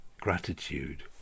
gratitude